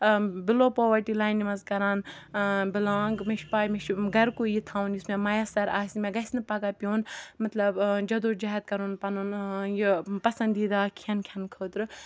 below poverty لاینہِ مَنٛز کَران بِلانٛگ مےٚ چھِ پاے مےٚ چھُ گَرکُے یہِ تھاوُن یُس مےٚ مَیَسَر آسہِ مےٚ گَژھنہٕ پَگاہ پیٚون مَطلَب جَد و جَہَد کَرُن پَنُن یہِ پَسَندیٖدہ کھیٚن کھیٚنہٕ خٲطرٕ